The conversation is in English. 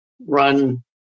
run